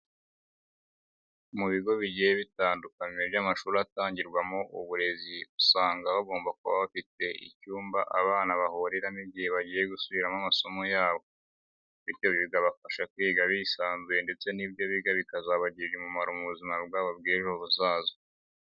Mu bigo bigiye bitandukanye by'amashuri atangirwamo uburezi, usanga bagomba kuba bafite icyumba abana bahuriramo igihe bagiye gusubiramo amasomo yabo, bityo bikabafasha kwiga bisanzuye ndetse n'ibyo biga bikazabagirira umumaro mu buzima bwabo bw'ejo hazaza.